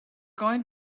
going